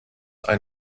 ein